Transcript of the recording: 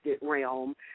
realm